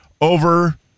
over